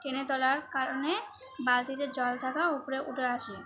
টেনে তোলার কারণে বালতিতে জল থাকা উপরে উঠে আসে